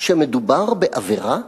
שמדובר בעבירה?